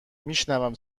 میشونم